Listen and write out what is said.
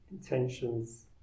intentions